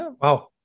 Wow